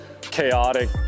chaotic